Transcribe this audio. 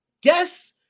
Guess